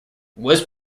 was